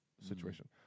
situation